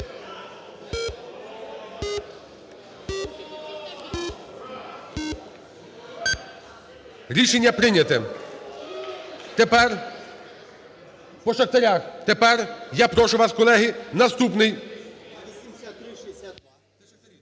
Рішення прийняте. Тепер по шахтарях, тепер я прошу вас, колеги, наступний.